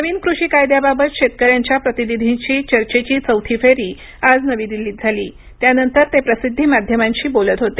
नवीन कृषी कायद्याबाबत शेतकऱ्यांच्या प्रतिनिधींशी चर्चेची चौथी फेरी आज नवी दिल्लीत झाली त्यानंतर ते प्रसिद्धी माध्यमांशी बोलत होते